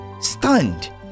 stunned